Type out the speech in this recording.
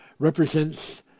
represents